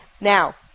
Now